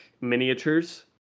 miniatures